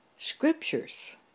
scriptures